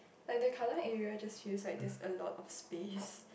like the Kallang area just feels like there's a lot of space